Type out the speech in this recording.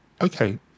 okay